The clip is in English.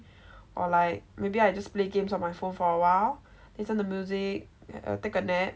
or like maybe I just play games on my phone for awhile listen the music or take a nap